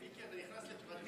מיקי, אתה נכנס לפרטים,